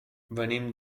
venim